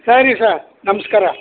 ಸರಿ ಸರ್ ನಮಸ್ಕಾರ